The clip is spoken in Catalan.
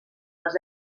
les